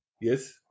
Yes